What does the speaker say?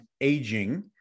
aging